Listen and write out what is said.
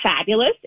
fabulous